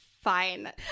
Fine